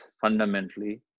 fundamentally